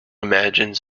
imagine